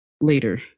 later